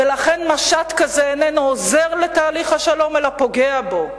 ולכן משט כזה איננו עוזר לתהליך השלום אלא פוגע בו.